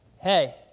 hey